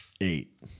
eight